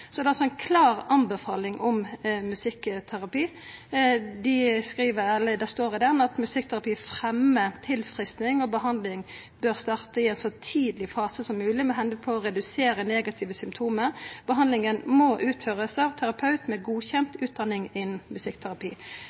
det er altså ei klar anbefaling om musikkterapi. I retningslinjene står det: «Musikkterapi fremmer tilfriskning, og behandlingen bør starte i en så tidlig fase som mulig med henblikk på å redusere negative symptomer. Behandlingen må utføres av terapeuter med godkjent utdanning innen musikkterapi.»